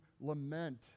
lament